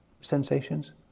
sensations